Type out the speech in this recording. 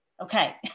Okay